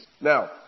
Now